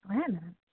ओएह ने